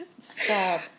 Stop